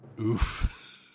Oof